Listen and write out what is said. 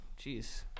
Jeez